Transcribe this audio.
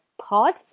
pod